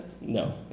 No